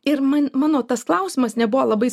ir man mano tas klausimas nebuvo labai